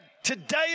Today